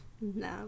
No